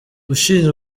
ushinzwe